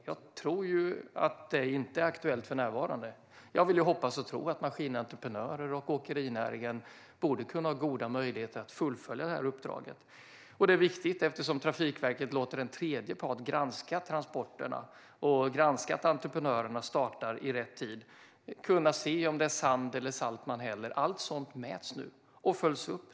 Jag tror inte att det är aktuellt för närvarande. Jag vill hoppas och tro att maskinentreprenörer och åkerinäringen har goda möjligheter att fullfölja uppdraget. Det är viktigt eftersom Trafikverket låter en tredje part granska transporterna och att entreprenörerna startar i rätt tid. Man ska kunna se om det är sand eller salt som hälls ut. Allt sådant mäts nu och följs upp.